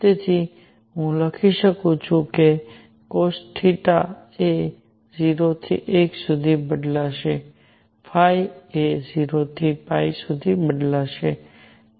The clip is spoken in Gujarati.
તેથી હું લખી શકું છું કે cosθ એ 0 થી 1 સુધી બદલાશે એ 0 થી 2 સુધી બદલાશે